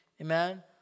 Amen